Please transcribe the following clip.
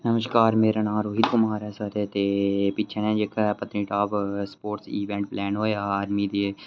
नमस्कार सर मेरा नांऽ रोहित कुमार ऐ ते पिच्छें नेहां पत्नीटॉप बड़ा मश्हूर होआ ते स्पोर्ट्स इवेंट होआ हा ते आर्मी